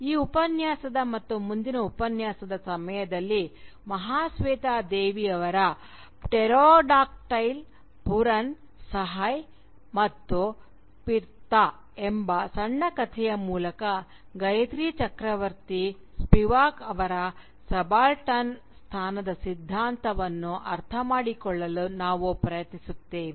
ಈ ಉಪನ್ಯಾಸದ ಮತ್ತು ಮುಂದಿನ ಉಪನ್ಯಾಸದ ಸಮಯದಲ್ಲಿ ಮಹಾಸ್ವೇತಾ ದೇವಿ ಅವರ "ಪ್ಟೆರೋಡಾಕ್ಟೈಲ್ ಪುರನ್ ಸಹಯ್ ಮತ್ತು ಪಿರ್ತಾ " ಎಂಬ ಸಣ್ಣ ಕಥೆಯ ಮೂಲಕ ಗಾಯತ್ರಿ ಚಕ್ರವರ್ತಿ ಸ್ಪಿವಾಕ್ ಅವರ ಸಬಾಲ್ಟರ್ನ್ ಸ್ಥಾನದ ಸಿದ್ಧಾಂತವನ್ನು ಅರ್ಥಮಾಡಿಕೊಳ್ಳಲು ನಾವು ಪ್ರಯತ್ನಿಸುತ್ತೇವೆ